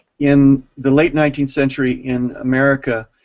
in the late nineteenth century in america,